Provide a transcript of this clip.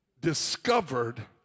discovered